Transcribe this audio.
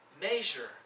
measure